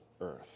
earth